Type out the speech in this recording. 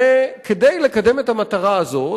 וכדי לקדם את המטרה הזאת,